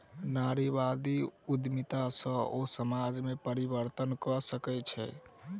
नारीवादी उद्यमिता सॅ ओ समाज में परिवर्तन कय सकै छै